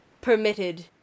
permitted